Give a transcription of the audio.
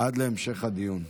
עד להמשך הדיון.